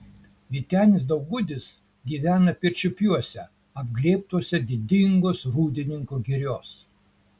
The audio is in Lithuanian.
vytenis daugudis gyvena pirčiupiuose apglėbtuose didingos rūdininkų girios